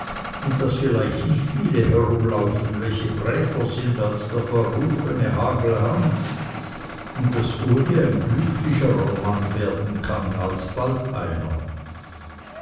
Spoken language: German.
und daß vielleicht nicht viele herumlaufen welche bräver sind als der verrufene hagelhans und daß uli ein glücklicherer mann werden kann als bald einer